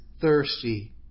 thirsty